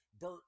Bert